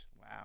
Wow